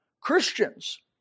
Christians